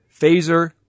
phaser